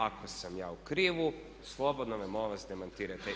Ako sam ja u krivu slobodno me molim vas demantirajte.